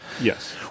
yes